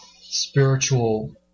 spiritual